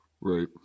Right